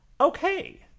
Okay